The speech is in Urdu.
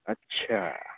اچھا